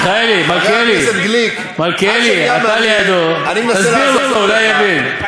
מלכיאלי, אתה לידו, תסביר לו, אולי הוא יבין.